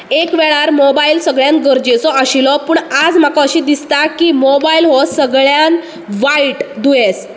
एक वेळार मोबायल सगळ्यांक गरजेचो आशिल्लो पूण आयज म्हाका अशें दिसता की मोबायल हो सगळ्यांत वायट दुयेंस